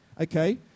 Okay